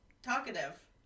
Talkative